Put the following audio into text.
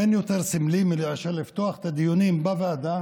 אין יותר סמלי מאשר לפתוח את הדיונים בוועדה